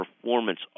performance